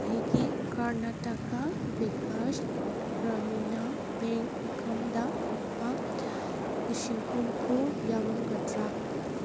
ꯑꯩꯒꯤ ꯀꯥꯔꯅꯇꯀꯥ ꯚꯤꯀꯥꯁ ꯒ꯭ꯔꯥꯃꯤꯟ ꯕꯦꯡ ꯑꯦꯀꯥꯎꯟꯗ ꯂꯨꯄꯥ ꯂꯤꯁꯤꯡ ꯍꯨꯝꯐꯨ ꯌꯥꯎꯔꯝꯒꯗ꯭ꯔꯥ